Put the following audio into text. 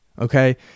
okay